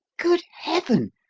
good heaven!